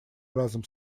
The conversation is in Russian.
разом